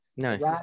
nice